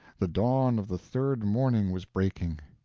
the dawn of the third morning was breaking.